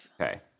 Okay